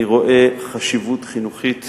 אני רואה חשיבות חינוכית